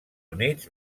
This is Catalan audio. units